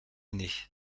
année